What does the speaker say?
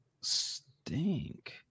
stink